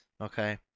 Okay